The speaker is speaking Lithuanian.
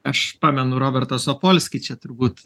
aš pamenu robertas opolski čia turbūt